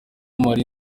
marie